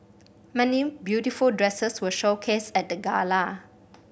many beautiful dresses were showcased at the gala